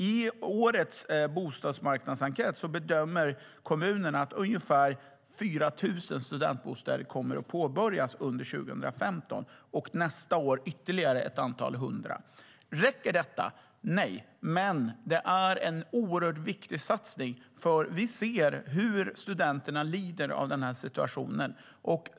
I årets bostadsmarknadsenkät bedömer kommunerna att ungefär 4 000 studentbostäder kommer att börja byggas under 2015 och nästa år ytterligare ett antal hundra. Räcker detta? Nej. Men det är en oerhört viktig satsning, för vi ser hur studenterna lider av den här situationen.